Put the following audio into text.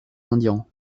indians